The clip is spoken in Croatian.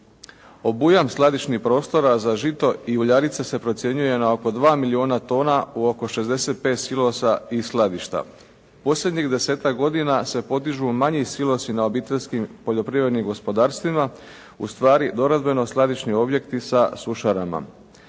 Obujam skladišnih prostora za žito i uljarice se procjenjuje na oko 2 milijuna tona u oko 65 silosa i skladišta. Posljednjih desetak godina se podižu manji silosi na obiteljskih poljoprivrednih gospodarstvima, ustvari doradbeno skladišni objekti sa sušarama.